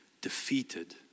defeated